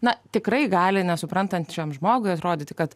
na tikrai gali nesuprantančiam žmogui atrodyti kad